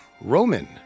Roman